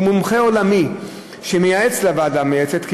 שהוא מומחה עולמי שמייעץ לוועדה המייעצת,